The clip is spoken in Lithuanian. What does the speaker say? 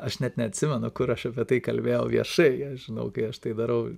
aš net neatsimenu kur aš apie tai kalbėjau viešai aš žinau kai aš tai darau